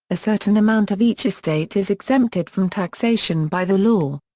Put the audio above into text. a certain amount of each estate is exempted from taxation by the law.